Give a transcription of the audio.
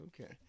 Okay